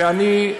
ואני,